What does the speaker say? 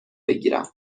بگیرم